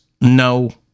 no